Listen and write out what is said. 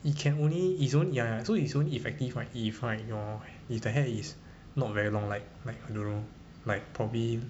it can only it's only ya ya ya so is only effective if right your if the hair is not very long like like I don't know like probably